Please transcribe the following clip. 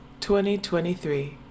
2023